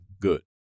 good